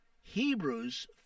Hebrews